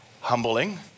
humbling